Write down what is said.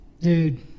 Dude